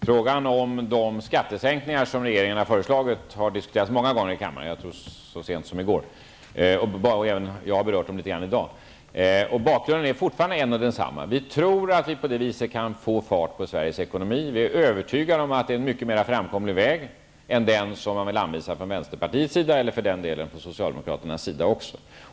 Herr talman! De skattesänkningar som regeringen har föreslagit har diskuterats många gånger i kammaren, och jag tror att det skedde så sent som i går. Även jag har berört dem litet grand i dag. Bakgrunden är fortfarande densamma. Vi tror att vi på det viset kan få fart på Sveriges ekonomi. Vi är övertygade om att det är en mycket mera framkomlig väg än den som man anvisar från vänsterpartiets eller för den delen även från socialdemokraternas sida.